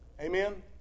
Amen